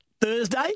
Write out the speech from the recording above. Thursday